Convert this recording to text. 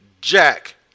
jack